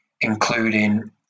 including